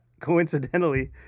coincidentally